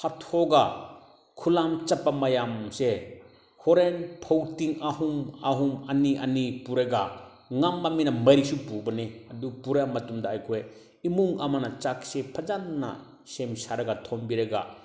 ꯍꯥꯠꯇꯣꯛꯑꯒ ꯈꯨꯠꯂꯪ ꯆꯠꯄ ꯃꯌꯥꯝꯁꯦ ꯍꯣꯔꯦꯟ ꯐꯧꯇꯤꯡ ꯑꯍꯨꯝ ꯑꯍꯨꯝ ꯑꯅꯤ ꯑꯅꯤ ꯄꯨꯔꯒ ꯉꯝꯕ ꯃꯤꯅ ꯃꯔꯤꯁꯨ ꯄꯨꯕꯅꯦ ꯑꯗꯨ ꯄꯨꯔꯛꯑ ꯃꯇꯨꯡꯗ ꯑꯩꯈꯣꯏ ꯏꯃꯨꯡ ꯑꯃꯅ ꯆꯥꯛꯁꯦ ꯐꯖꯅ ꯁꯦꯝ ꯁꯥꯔꯒ ꯊꯣꯡꯕꯤꯔꯒ